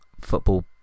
football